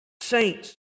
saints